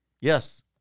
Yes